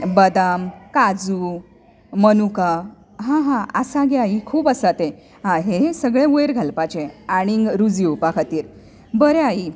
बदाम काजू मनुका हां हां आसा गे आई खूब आसा तें हां हेहे सगळें वयर घालपाचें आनीक रूच येवपा खातीर बरें आई